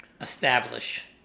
establish